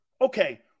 Okay